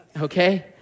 Okay